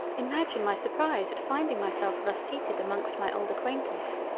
imagine my surprise at finding myself thus seated amongst my old acquaintance.